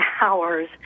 hours